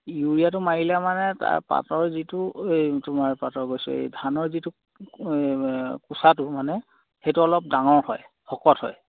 ইউৰিয়াটো মাৰিলে মানে তাৰ পাতৰ যিটো এই তোমাৰ পাতৰ কৈছোঁ এই ধানৰ যিটো কোচাটো মানে সেইটো অলপ ডাঙৰ হয় শকত হয়